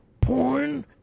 porn